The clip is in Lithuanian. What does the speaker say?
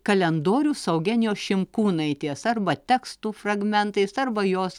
kalendorius su augenijos šimkūnaitės arba tekstų fragmentais arba jos